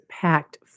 packed